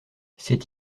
c’est